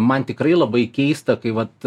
man tikrai labai keista kai vat